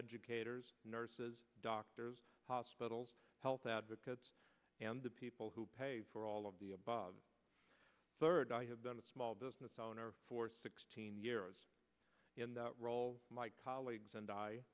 educators nurses doctors hospitals health advocates and the people who pay for all of the above third i have been a small business owner for sixteen years in that role my colleagues and i